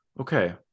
Okay